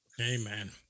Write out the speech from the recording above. Amen